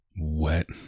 wet